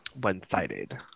one-sided